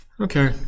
Okay